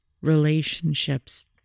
relationships